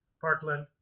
Parkland